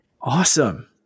Awesome